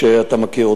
שאתה מכיר,